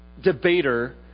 debater